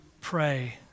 pray